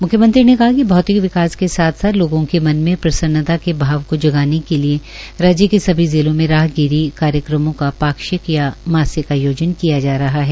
म्ख्यमंत्री ने कहा कि भौतिक विकास के साथ साथ लोगों के मन में प्रसन्नता के भाव को जगाने के लिए राज्य के सभी जिलों में राहगिरी कार्यक्रमों का पाक्षिक या मासिक आयोजन किया जा रहा है